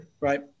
Right